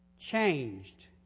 changed